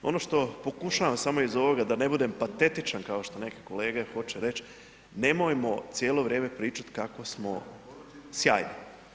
Ono što pokušavam samo iz ovoga da ne budem patetičan kao što neki kolege hoće reći nemojmo cijelo vrijeme pričati kako smo sjajni.